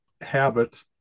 habit